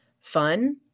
fun